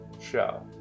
show